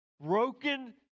broken